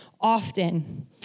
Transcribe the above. often